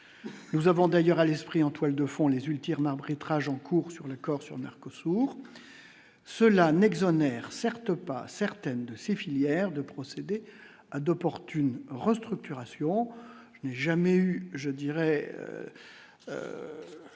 nous avons d'ailleurs à l'esprit en toile de fond les ultimes marbré Trajan courent sur le corps sur Marco sourd cela n'exonère certes pas certaines de ces filières, de procéder à d'opportunes Restructuration, je n'ai jamais eu, je dirais,